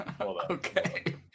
Okay